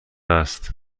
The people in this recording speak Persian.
است